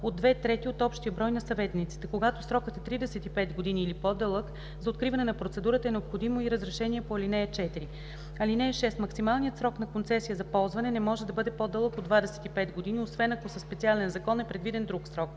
от две трети от общия брой на съветниците. Когато срокът е 35 години или по-дълъг, за откриване на процедурата е необходимо и разрешение по ал. 4. (6) Максималният срок на концесия за ползване не може да бъде по-дълъг от 25 години, освен ако със специален закон е предвиден друг срок.